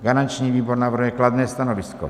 Garanční výbor navrhuje kladné stanovisko.